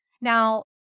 now